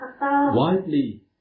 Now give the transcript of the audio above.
widely